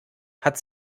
hat